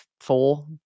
four